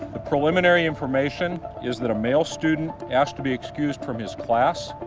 preliminary information is that a male student asked to be excused from his class.